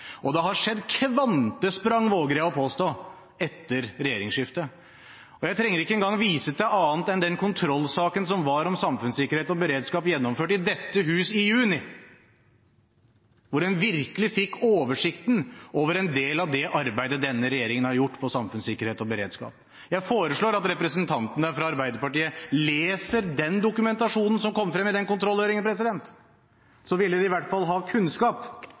Og det har skjedd kvantesprang, våger jeg å påstå, etter regjeringsskiftet. Jeg trenger ikke engang å vise til annet enn den kontrollsaken som var om samfunnssikkerhet og beredskap, gjennomført i dette hus i juni, hvor en virkelig fikk oversikten over en del av det arbeidet som denne regjeringen har gjort på samfunnssikkerhet og beredskap. Jeg foreslår at representantene fra Arbeiderpartiet leser den dokumentasjonen som kom frem i den kontrollhøringen, så ville de i hvert fall ha kunnskap